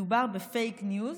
מדובר בפייק ניוז,